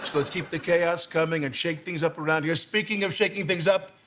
looks deep the chaos coming and shake things up around here. speaking of shaking things up.